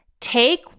Take